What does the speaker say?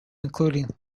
including